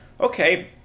okay